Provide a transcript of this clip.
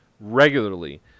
regularly